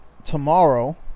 Tomorrow